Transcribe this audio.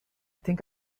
think